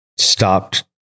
stopped